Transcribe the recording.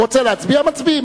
הוא רוצה להצביע, מצביעים.